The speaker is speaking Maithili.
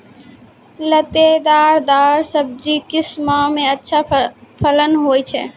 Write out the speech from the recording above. लतेदार दार सब्जी किस माह मे अच्छा फलन होय छै?